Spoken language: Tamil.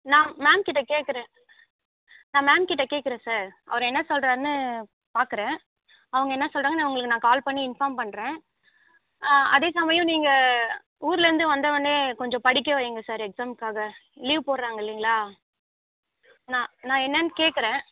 நான் மேம்கிட்ட கேட்கறேன் நான் மேம்கிட்ட கேட்கறேன் சார் அவர் என்ன சொல்லுறாருன்னு பார்க்கறேன் அவங்க என்ன சொல்லுறாங்கன்னு நான் உங்களுக்கு நான் கால் பண்ணி இன்ஃபார்ம் பண்ணுறேன் அதேசமயம் நீங்கள் ஊருலந்து வந்தவொன்னே கொஞ்சம் படிக்க வைங்க சார் எக்ஸாமுக்காக லீவு போட்றாங்க இல்லைங்களா நான் நான் என்னான்னு கேட்கறேன்